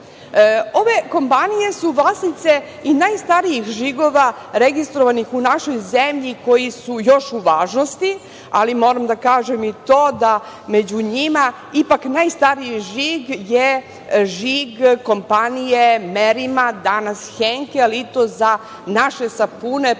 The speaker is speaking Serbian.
kompanije su vlasnice i najstarijih žigova registrovanih u našoj zemlji koji su još u važnosti, ali moram da kažem i to da među njima ipak najstariji žig je žig kompanije „Merima“, danas „Henkel“ i to za naše sapune, pri